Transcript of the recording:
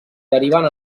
deriven